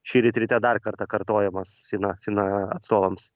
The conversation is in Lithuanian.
šįryt ryte dar kartą kartojamas na fina atstovams